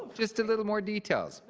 just a little more details.